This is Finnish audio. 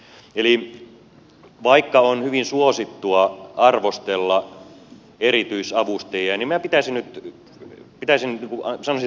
eli vaikka on hyvin suosittua arvostella erityisavustajia niin minä sanoisin että vähän malttia